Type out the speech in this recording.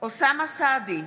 אוסאמה סעדי,